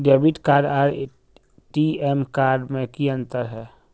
Debit card आर ATM card में की अंतर है?